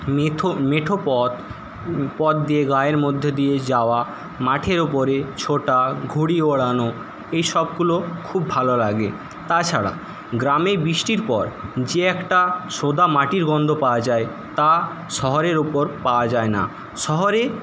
মেঠো পথ পথ দিয়ে গাঁয়ের মধ্যে দিয়ে যাওয়া মাঠের ওপরে ছোটা ঘুড়ি ওড়ানো এইসবগুলো খুব ভালো লাগে তাছাড়া গ্রামে বৃষ্টির পর যে একটা সোঁদা মাটির গন্ধ পাওয়া যায় তা শহরের ওপর পাওয়া যায় না শহরে